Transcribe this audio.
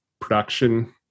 production